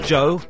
Joe